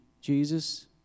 Jesus